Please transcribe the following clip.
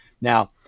Now